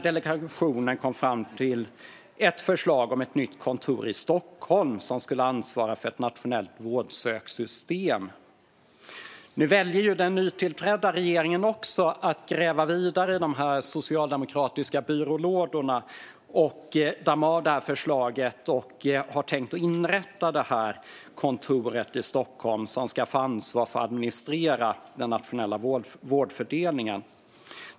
Delegationen kom fram till ett förslag om ett nytt kontor i Stockholm med ansvar för ett nationellt vårdsöksystem. Nu väljer den nytillträdda regeringen att gräva vidare i de socialdemokratiska byrålådorna och damma av förslaget. De har tänkt inrätta ett kontor i Stockholm som ska få ansvar för att administrera den nationella vårdfördelningen.